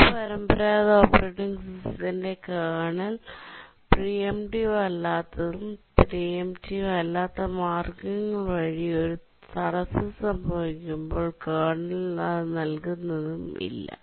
ഒരു പരമ്പരാഗത ഓപ്പറേറ്റിംഗ് സിസ്റ്റത്തിന്റെ കേർണൽ പ്രീഎംറ്റീവ് അല്ലാത്തതും പ്രീഎംറ്റീവ് അല്ലാത്ത മാർഗ്ഗങ്ങൾ വഴി ഒരു തടസ്സം സംഭവിക്കുമ്പോൾ കേർണൽ അത് നൽകുന്നതും ഇല്ല